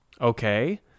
Okay